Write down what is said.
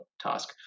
task